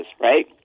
right